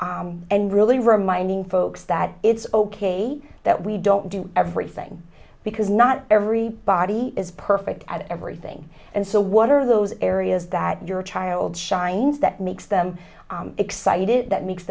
and really reminding folks that it's ok that we don't do everything because not everybody is perfect at everything and so what are those areas that your child shines that makes them excited that makes